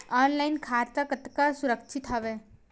Online खाता कतका सुरक्षित हवय?